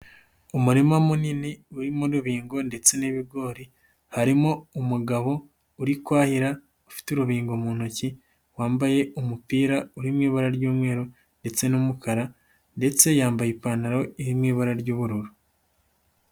Umurima munini uririmo rubingo ndetse n'ibigori, harimo umugabo uri kwahira, ufite urubingo mu ntoki wambaye umupira urimo ibara ry'umweru ndetse n'umukara ndetse yambaye ipantaro irimo ibara ry'ubururu.